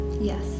Yes